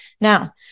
Now